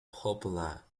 popular